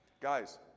Guys